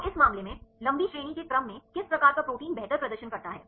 तो इस मामले में लंबी श्रेणी के क्रम में किस प्रकार का प्रोटीन बेहतर प्रदर्शन करता है